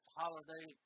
holiday